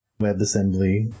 WebAssembly